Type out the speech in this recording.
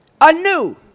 anew